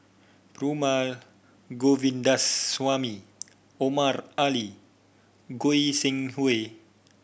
Perumal Govindaswamy Omar Ali Goi Seng Hui